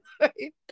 Right